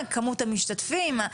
כמות המשתתפים,